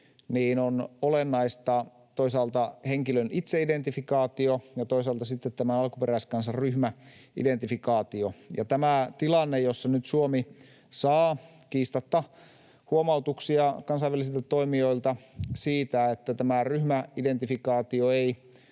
on olennaista toisaalta henkilön itseidentifikaatio ja toisaalta sitten tämä alkuperäiskansan ryhmäidentifikaatio. Tämä tilanne, jossa nyt Suomi saa kiistatta huomautuksia kansainvälisiltä toimijoilta siitä, että tämä ryhmäidentifikaatio ei